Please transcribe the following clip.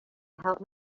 help